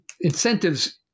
incentives